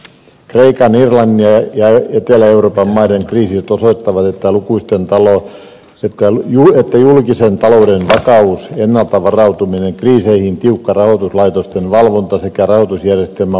kreikan irlannin ja etelä euroopan maiden kriisit osoittavat että julkisen talouden vakaus ennalta varautuminen kriiseihin tiukka rahoituslaitosten valvonta sekä rahoitusjärjestelmän vakaus ovat talouskasvun elinehtoja